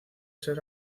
ser